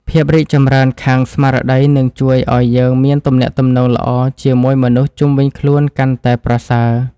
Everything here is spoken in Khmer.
ភាពរីកចម្រើនខាងស្មារតីនឹងជួយឱ្យយើងមានទំនាក់ទំនងល្អជាមួយមនុស្សជុំវិញខ្លួនកាន់តែប្រសើរ។